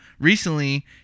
recently